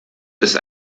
ist